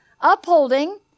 Upholding